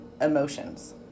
emotions